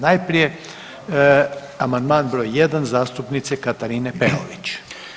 Najprije amandman broj 1, zastupnice Katarine Peović.